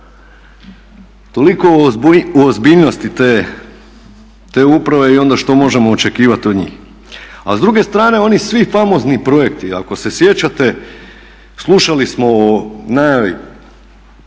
Toliko o ozbiljnosti te uprave i onda što možemo očekivati od njih. A s druge strane oni svi famozni projekti, ako se sjećate, slušali smo o